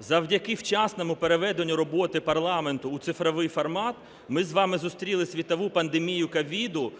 Завдяки вчасному переведенню роботи парламенту у цифровий формат ми з вами зустріли світову пандемію ковіду